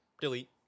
Delete